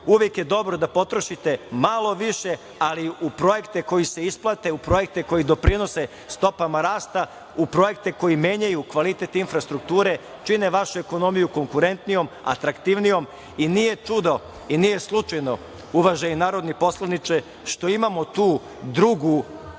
uvek je dobro da potrošite malo više, ali u projekte koji se isplate, u projekte koji doprinose stopama rasta, u projekte koji menjaju kvalitet infrastrukture, čine vašu ekonomiju konkurentnijom, atraktivnijom. Nije čudo, i nije slučajno, uvaženi narodni poslaniče, što imamo tu drugu